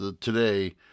Today